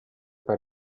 per